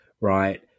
right